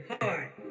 hard